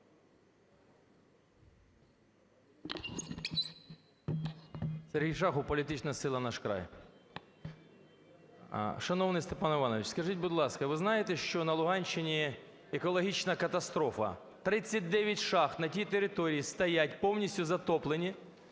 Сергій Шахов, політична сила "Наш край". Шановний Степан Іванович, скажіть, будь ласка, ви знаєте, що на Луганщині екологічна катастрофа. Тридцять дев'ять шахт на тій території стоять повністю затоплені.